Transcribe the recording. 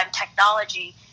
technology